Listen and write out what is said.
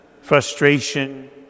frustration